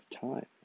time